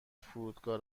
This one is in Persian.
فرودگاه